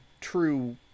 true